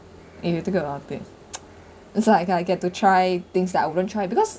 you think about it it's like I I get to try things that wouldn't try because